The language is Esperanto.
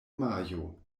majo